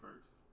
first